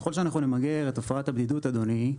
ככל שאנחנו נמגר את תופעת הבדידות, אדוני,